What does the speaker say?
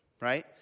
right